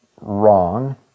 wrong